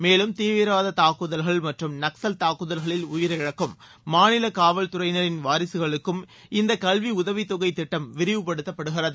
மேலும் தீவிரவாத தாக்குதல்கள் மற்றும் நக்சல் தாக்குதல்களில் உயிரிழக்கும் மாநில காவல்துறையினரின் வாரிசுகளுக்கும் இந்த கல்வி உதவித்தொகை திட்டம் விரிவுபடுத்தப்படுகிறது